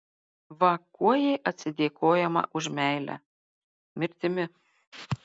va kuo jai atsidėkojama už meilę mirtimi